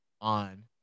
on